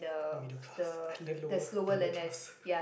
the middle class under lower the low class